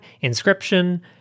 Inscription